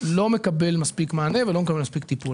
לא מקבל מספיק מענה וטיפול.